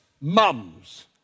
mums